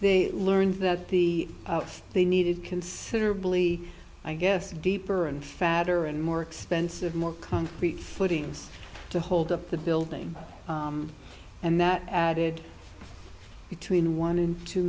they learned that the they needed considerably i guess deeper and fatter and more expensive more concrete footings to hold up the building and that added between one and two